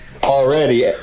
Already